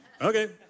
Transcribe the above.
okay